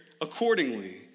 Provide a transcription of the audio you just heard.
accordingly